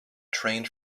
trained